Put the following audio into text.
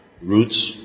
roots